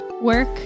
work